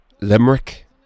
Limerick